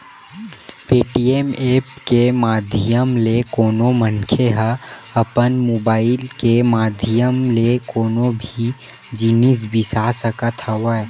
Paytm app के माधियम ले कोनो मनखे ह अपन मुबाइल के माधियम ले कोनो भी जिनिस बिसा सकत हवय